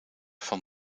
van